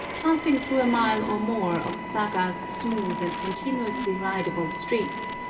passing through a mile or more of saga's smooth and continuously ridable streets,